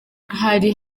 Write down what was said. hari